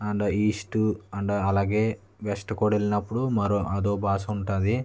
and east and అలాగే west కూడా వెళ్ళినప్పుడు మరో అదో భాష ఉంటుంది